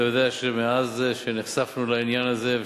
ואתה יודע שמאז נחשפנו לעניין הזה,